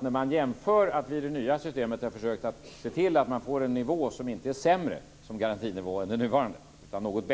När man jämför att vi i det nya systemet har försökt att se till att få en nivå som inte är sämre än den nuvarande utan för många människor något